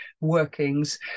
workings